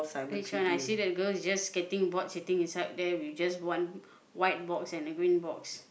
page one I see the girl is just getting bored seating inside there with just one white box and the green box